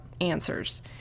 answers